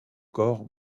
corps